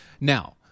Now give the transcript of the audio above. Now